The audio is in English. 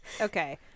okay